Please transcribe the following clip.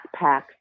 backpack